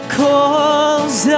calls